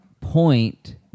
point